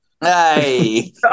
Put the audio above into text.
Hey